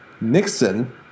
Nixon